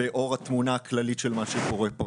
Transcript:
באור התמונה הכללית של מה שקורה כאן.